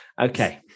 Okay